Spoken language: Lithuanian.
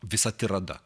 visa tirada